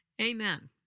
Amen